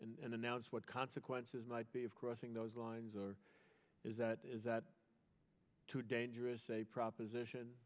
and announce what consequences might be of crossing those lines or is that is that too dangerous a proposition